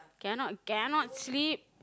cannot cannot sleep